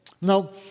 Now